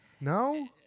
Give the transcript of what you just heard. No